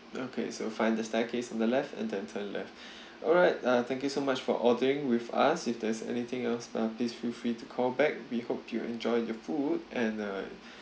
okay so find the staircase on the left and then turn left alright uh thank you so much for ordering with us if there's anything else uh please feel free to call back we hope you enjoy the food and uh